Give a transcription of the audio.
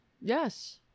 Yes